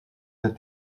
des